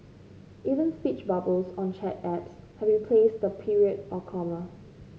even speech bubbles on chat apps have replaced the period or comma